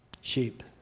Sheep